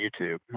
YouTube